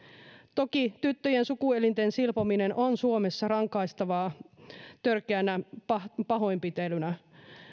toki tyttöjen sukuelinten silpominen on suomessa rangaistavaa törkeänä pahoinpitelynä